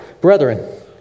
Brethren